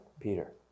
Peter